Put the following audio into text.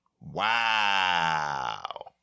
Wow